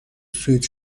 سویت